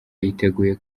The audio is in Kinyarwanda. yiteguye